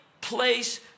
place